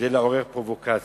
כדי לעורר פרובוקציות.